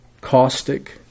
caustic